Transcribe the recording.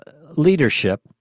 leadership